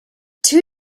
two